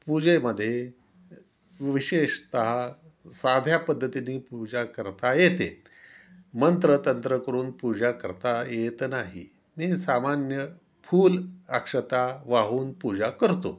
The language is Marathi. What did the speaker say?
पूजेमध्ये विशेषतः साध्या पद्धतीनी पूजा करता येते मंत्र तंत्र करून पूजा करता येत नाही मी सामान्य फूल अक्षता वाहून पूजा करतो